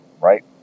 right